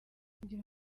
kugira